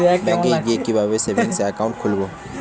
ব্যাঙ্কে গিয়ে কিভাবে সেভিংস একাউন্ট খুলব?